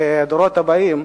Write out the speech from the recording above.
לדורות הבאים.